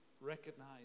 recognize